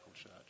church